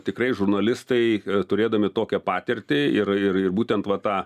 tikrai žurnalistai turėdami tokią patirtį ir ir ir būtent va tą